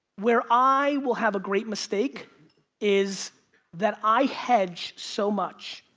where i will have a great mistake is that i hedged so much,